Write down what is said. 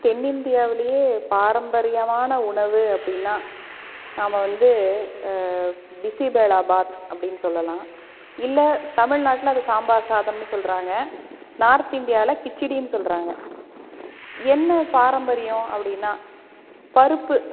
தென்னிந்தியாவிலேயே பாரம்பரியமான உணவு அப்டின்னா நாம வந்து பிசிபெலாபாத் அப்படின்னு சொல்லலாம் இல்லை தமிழ்நாட்டில் அது சாம்பார் சாதம்ன்னு சொல்கிறாங்க நார்த் இண்டியாவில் கிச்சிடின்னு சொல்கிறாங்க என்ன பாரம்பரியம் அப்படின்னா பருப்பு